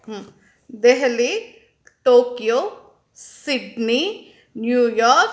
Delhi Tokyo Sydney New York